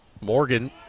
Morgan